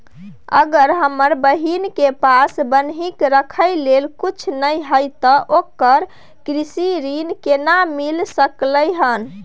अगर हमर बहिन के पास बन्हकी रखय लेल कुछ नय हय त ओकरा कृषि ऋण केना मिल सकलय हन?